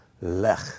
Lech